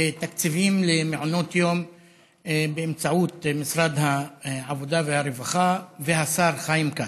בתקציבים למעונות יום באמצעות משרד העבודה והרווחה והשר חיים כץ.